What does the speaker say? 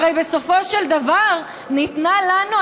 הרי בסופו של דבר ניתנה לנו,